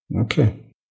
Okay